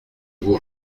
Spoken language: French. vous